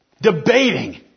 debating